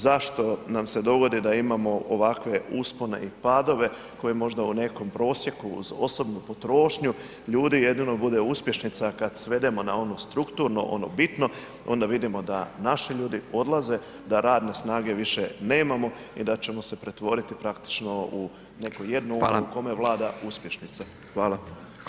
Zašto nam se dogodi da imamo ovakve uspone i padove koje možda u nekom prosjeku uz osobnu potrošnju ljudi jedino bude uspješnica kad svedemo na ono strukturno, ono bitno, onda vidimo da naši ljudi odlaze, da radne snage više nemamo i da ćemo se pretvoriti praktično u neku jednu [[Upadica: Hvala.]] u kome vlada uspješnica.